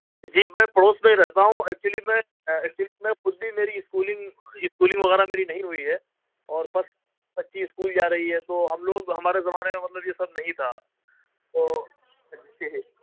جی میں پڑوس میں ہی رہتا ہوں ایکچولی میں ایکچولی میں خود بھی میری اسکولنگ وغیرہ میری نہیں ہوئی ہے اور فرسٹ بچی اسکول جا رہی ہے تو ہم لوگ ہمارے زمانے میں مطلب یہ سب نہیں تھا تو جی